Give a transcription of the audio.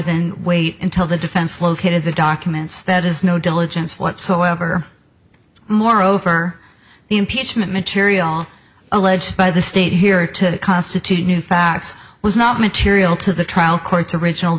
than wait until the defense located the documents that has no diligence whatsoever moreover the impeachment material alleged by the state here to constitute new facts was not material to the trial court to riginal